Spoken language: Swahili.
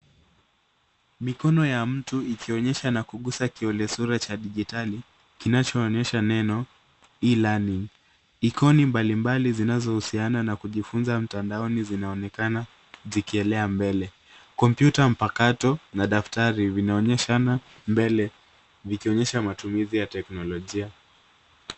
Mikono ya mtu ikionyesha na kugusa kiole sura cha dijitali kinachoonyesha neno e learnig . Ikoni mbalimbali zinazohusiana na kujifunza mtandaoni zinaonekana zikielea mbele. Kompyuta mpakato na daktari vinaonyeshana mbele vikionyesha matumizi ya teknolojia.